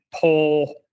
pull